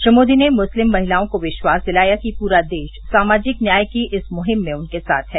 श्री मोदी ने मुस्लिम महिलाओं को विश्वास दिलाया कि पूरा देश सामाजिक न्याय की इस मुहिम में उनके साथ है